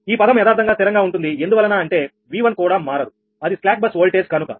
ఈ పదం యదార్ధంగా స్థిరంగా ఉంటుంది ఎందువలన అంటే V1 కూడా మారదుఅది స్లాక్ బస్ వోల్టేజ్ కనుక